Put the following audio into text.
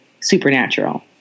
supernatural